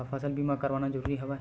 का फसल बीमा करवाना ज़रूरी हवय?